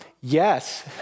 yes